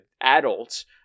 adults